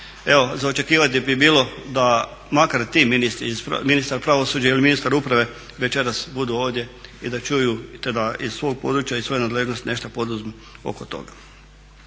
Evo za očekivati bi bilo da makar ti ministri, ministar pravosuđa ili ministar uprave večeras budu ovdje i da čuju te da iz svog područja, iz svoje nadležnosti nešto poduzmu oko toga.